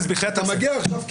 אתה מגיע עכשיו.